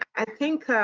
i think